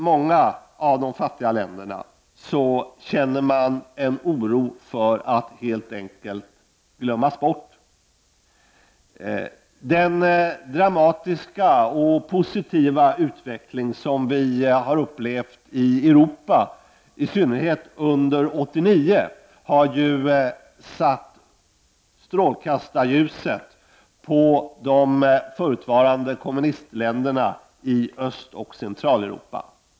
Många av de fattiga länderna känner oro för att helt enkelt glömmas bort. Den dramatiska och positiva utveckling som vi har upplevt i Europa, i synnerhet under år 1989, har ju satt strålkastarljuset på de förutvarande kommunistländerna i Östoch Centraleuropa.